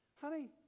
honey